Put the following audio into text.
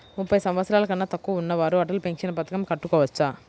ముప్పై సంవత్సరాలకన్నా తక్కువ ఉన్నవారు అటల్ పెన్షన్ పథకం కట్టుకోవచ్చా?